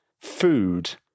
food